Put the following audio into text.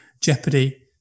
jeopardy